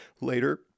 later